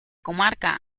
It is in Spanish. comarca